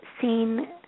seen